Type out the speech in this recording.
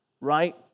right